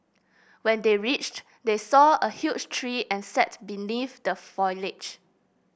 when they reached they saw a huge tree and sat beneath the foliage